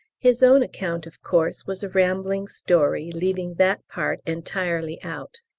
his own account, of course, was a rambling story leaving that part entirely out.